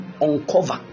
uncover